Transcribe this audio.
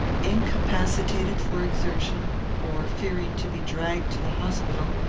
incapacitated for exertion, or fearing to be dragged to the hospital,